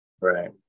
Right